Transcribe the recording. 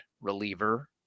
reliever